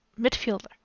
midfielder